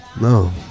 no